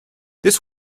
this